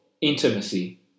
intimacy